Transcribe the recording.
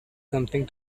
something